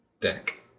deck